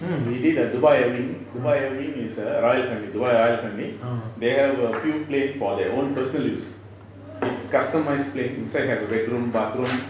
we did a dubai air wing dubai air wing is a royal family dubai royal family they have a few planes for their own personal use it's a customised plane inside have a bedroom bathroom